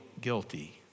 guilty